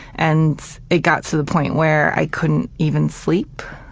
and it got to the point where i couldn't even sleep.